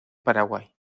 paraguay